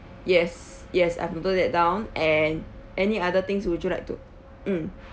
yes yes I've noted that down and any other things would you like to mm